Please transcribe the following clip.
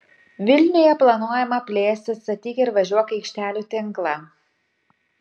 vilniuje planuojama plėsti statyk ir važiuok aikštelių tinklą